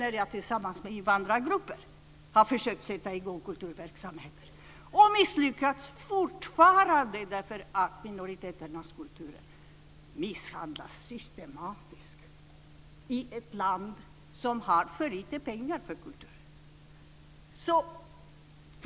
Jag har också varit med och försökt att sätta i gång kulturverksamheter tillsammans med invandrargrupper, men misslyckats därför att minoriteternas kulturer fortfarande misshandlas systematiskt i ett land som har för lite pengar för kulturen.